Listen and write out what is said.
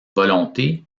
volonté